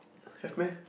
have meh